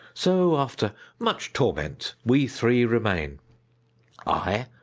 so after much torment, we three remain i,